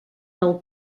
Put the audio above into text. del